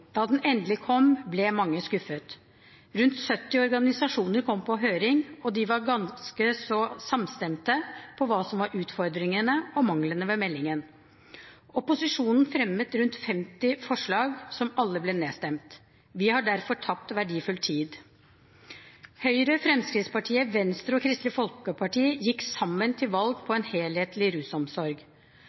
Da den endelig kom, ble mange skuffet. Rundt 70 organisasjoner kom på høring, og de var ganske så samstemte om hva som var utfordringene og manglene ved meldingen. Opposisjonen fremmet rundt 50 forslag, som alle ble nedstemt. Vi har derfor tapt verdifull tid. Høyre, Fremskrittspartiet, Venstre og Kristelig Folkeparti gikk sammen til valg på en helhetlig rusomsorg.